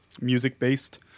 Music-based